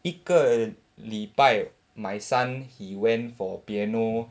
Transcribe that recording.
一个礼拜 my son he went for piano